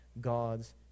God's